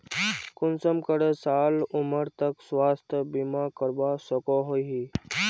कुंसम करे साल उमर तक स्वास्थ्य बीमा करवा सकोहो ही?